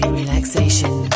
relaxation